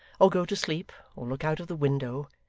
or go to sleep, or look out of the window,